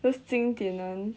those 经典 [one]